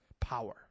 Power